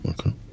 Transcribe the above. Okay